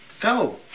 Go